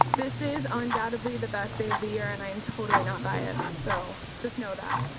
this is, undoubtedly, the best day of the year and i'm totally not biased, so, just know that.